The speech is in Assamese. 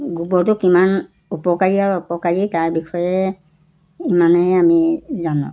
গোবৰটো কিমান উপকাৰী আৰু অপকাৰী তাৰ বিষয়ে ইমানে আমি জানো